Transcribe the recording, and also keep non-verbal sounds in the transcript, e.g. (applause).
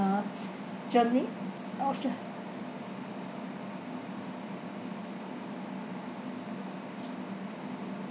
(noise) germany or austria